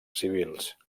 civils